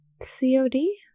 cod